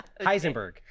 heisenberg